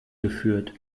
geführt